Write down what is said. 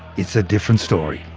it's a different story.